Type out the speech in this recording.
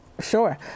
Sure